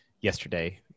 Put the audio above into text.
yesterday